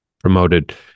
promoted